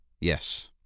Yes